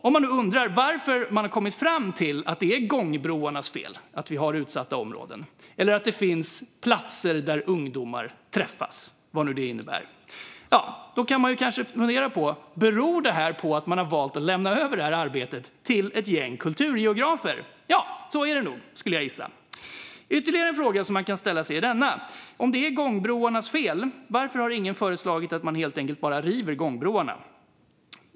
Om någon undrar varför man har kommit fram till att det är gångbroarnas fel att vi har utsatta områden eller att det finns platser där ungdomar träffas, vad nu det innebär, kan man fundera på om det beror på att man har valt att lämna över arbetet till ett gäng kulturgeografer. Ja, så är det nog, skulle jag gissa. Ytterligare en fråga som man kan ställa sig är denna: Om det är gångbroarnas fel, varför har då ingen föreslagit att helt enkelt bara riva dem?